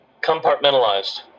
compartmentalized